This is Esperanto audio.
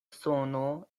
sono